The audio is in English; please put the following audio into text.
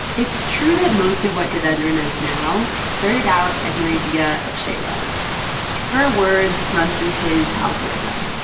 it's true that most of what devendra knows now started out as an idea of shaila's her words run through his algorithm.